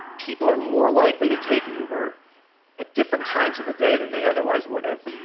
people are more likely to take uber at different times of the day than they otherwise would have,